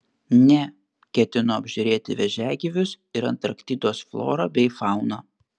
ne ketinu apžiūrėti vėžiagyvius ir antarktidos florą bei fauną